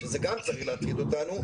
וגם זה צריך להטריד אותנו,